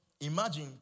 imagine